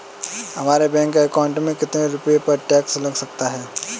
हमारे bank account में कितने रुपये पर टैक्स लग सकता है?